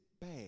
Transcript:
bad